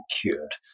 cured